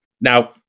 Now